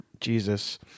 Jesus